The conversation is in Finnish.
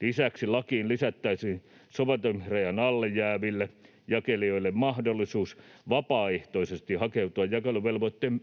Lisäksi lakiin lisättäisiin soveltamisrajan alle jääville jakelijoille mahdollisuus vapaaehtoisesti hakeutua jakeluvelvoitteen